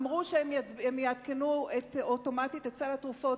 אמרו שהן יעדכנו אוטומטית את סל התרופות,